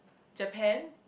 Japan